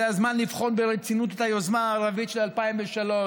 זה הזמן לבחון ברצינות את היוזמה הערבית של 2003,